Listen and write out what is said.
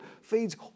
feeds